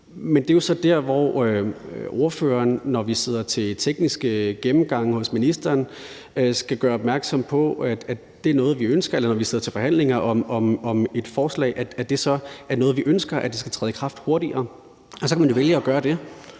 Men det jo så der, hvor ordføreren, når vi sidder til tekniske gennemgange hos ministeren, skal gøre opmærksom på, at det er noget, man ønsker, eller når vi sidder til forhandlinger om et forslag, spørge, om det så er noget, vi ønsker skal træde i kraft hurtigere, og så kan man jo vælge at gøre det.